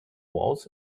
walls